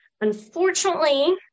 Unfortunately